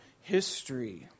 history